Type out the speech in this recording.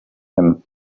him